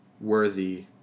worthy